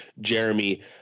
jeremy